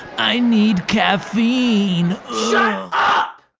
i need caffeine! shut up!